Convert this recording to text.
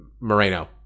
Moreno